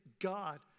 God